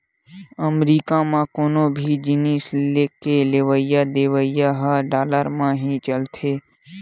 अमरीका म कोनो भी जिनिस के लेवइ देवइ ह डॉलर म ही चलथे